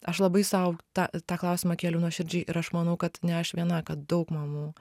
aš labai sau tą tą klausimą kėliau nuoširdžiai ir aš manau kad ne aš viena kad daug mamų